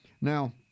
Now